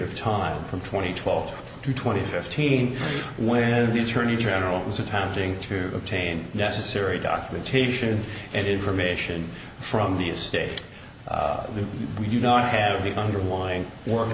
of time from twenty twelve to twenty fifteen where the attorney general was attempting to obtain necessary documentation and information from the state we do not have deep underlying work